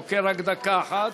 אוקיי, רק דקה אחת.